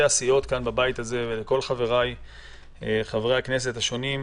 הסיעות בבית הזה ולכל חבריי חברי הכנסת השונים.